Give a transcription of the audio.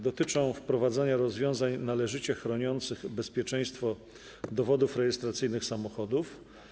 Dotyczą one wprowadzania rozwiązań należycie chroniących bezpieczeństwo dowodów rejestracyjnych samochodów.